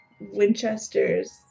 Winchester's